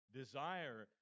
desire